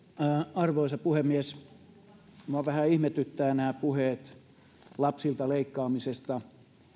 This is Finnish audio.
arvoisa puhemies minua vähän ihmetyttävät nämä puheet lapsilta leikkaamisesta